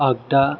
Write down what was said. आगदा